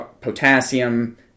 potassium